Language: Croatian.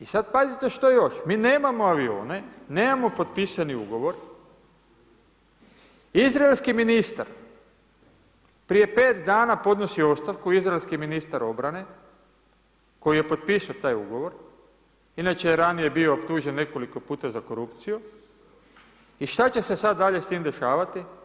I sad pazite što još, mi nemamo avione, nemamo potpisani ugovor, izraelski ministar prije 5 dana podnosi ostavku, izraelski ministar obrane, koji je potpisao taj ugovor, inače je ranije bio optužen nekoliko puta za korupciju, i šta će se sad dalje s tim dešavati?